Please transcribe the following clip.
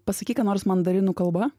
pasakyk ką nors mandarinų kalba